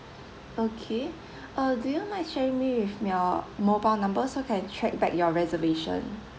okay uh do you mind sharing me with your mobile number so can check back your reservation